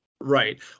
Right